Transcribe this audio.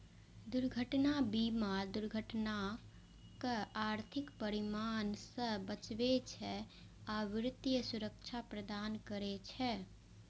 दुर्घटना बीमा दुर्घटनाक आर्थिक परिणाम सं बचबै छै आ वित्तीय सुरक्षा प्रदान करै छै